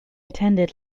attended